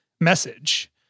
message